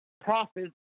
profits